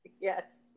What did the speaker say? Yes